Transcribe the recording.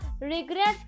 regrets